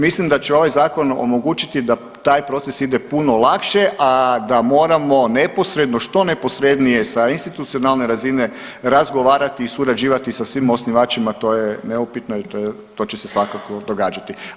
Mislim da će ovaj zakon omogućiti da taj proces ide puno lakše, a da moramo neposredno, što neposrednije sa institucionalne razine razgovarati i surađivati sa svim osnivačima to je neupitno i to će se svakako događati.